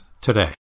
today